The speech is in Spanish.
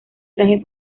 trajes